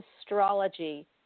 astrology